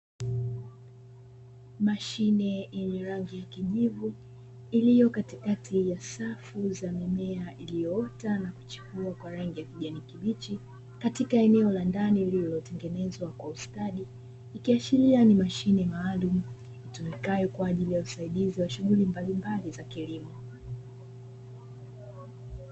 Mashine yenye rangi ya kijivu iliyo katikati ya safu za mimea iliyoota na kuchepua kwa rangi ya kijani kibichi katika eneo la ndani lililotengenezwa kwa ustadi ikiashiria ni mashine maalum itumikayo kwa ajili ya usaidizi wa shughuli mbalimbali za kilimo.